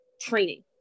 training